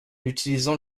utilisant